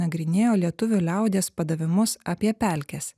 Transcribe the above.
nagrinėjo lietuvių liaudies padavimus apie pelkes